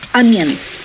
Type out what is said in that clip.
onions